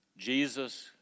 Jesus